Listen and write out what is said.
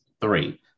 three